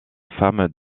femme